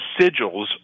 sigils